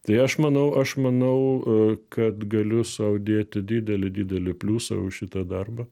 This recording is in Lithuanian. tai aš manau aš manau kad galiu sau dėti didelį didelį pliusą už šitą darbą